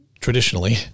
traditionally